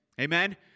Amen